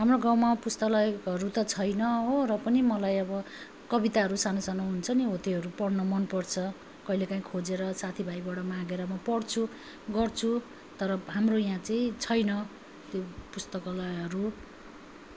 हाम्रो गाउँमा पुस्तकालयकहरू त छैन हो र पनि मलाई अब कविताहरू सानो सानो हुन्छ नि हो त्योहरू पढ्न मन पर्छ कहिले काहीँ खोजेर साथी भाइबाट मागेर म पढ्छु गर्छु तर हाम्रो यहाँ चाहिँ छैन त्यो पुस्तकालयहरू